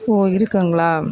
ஓ இருக்குங்களா